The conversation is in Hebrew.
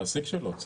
המעסיק שלו צריך.